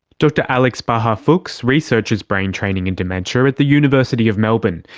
dr alex bahar-fuchs researches brain training and dementia at the university of melbourne.